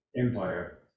empire